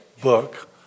book